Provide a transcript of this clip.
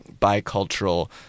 bicultural